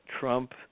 Trump